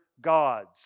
gods